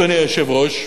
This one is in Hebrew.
אדוני היושב-ראש,